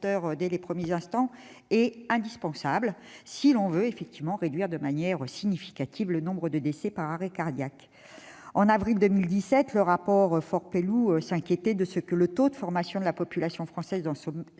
sauveteurs est donc indispensable si l'on veut réduire de manière significative le nombre des décès par arrêt cardiaque. En avril 2017, le rapport Faure-Pelloux s'inquiétait de ce que le taux de formation de la population française dans ce